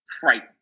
frightened